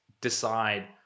decide